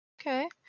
Okay